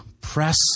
press